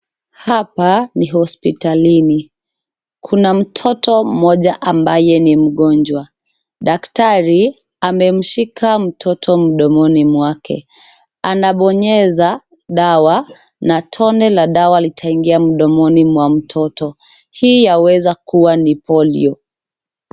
Hapa ni hospitalini. Kuna mtoto mmoja ambaye ni mgonjwa. Daktari amemshika mtoto mdomoni mwake. Anabonyeza dawa na tone la dawa litaingia mdomoni mwa mtoto. Hii yaweza kuwa ni polio.